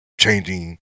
changing